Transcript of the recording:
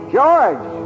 George